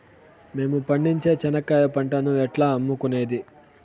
మేము పండించే చెనక్కాయ పంటను ఎట్లా అమ్ముకునేది?